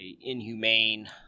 inhumane